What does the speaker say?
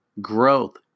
growth